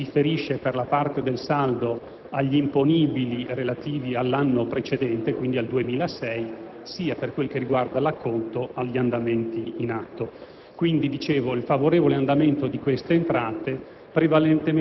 Ricordo per memoria che l'imposta autoliquidata si riferisce, per la parte del saldo, agli imponibili relativi all'anno precedente, quindi al 2006, e, per quel che riguarda l'acconto, agli andamenti in atto.